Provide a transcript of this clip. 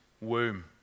womb